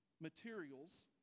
materials